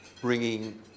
bringing